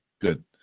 Good